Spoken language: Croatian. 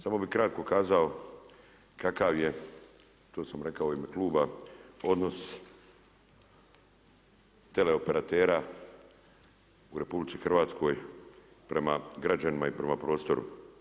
Samo bih kratko kazao kakav je, to sam rekao i u ime kluba, odnos teleoperatera u RH prema građanima i prema prostoru.